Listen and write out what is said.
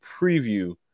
preview